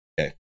Okay